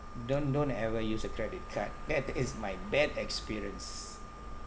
don't don't ever use a credit card that is my bad experience